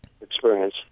experience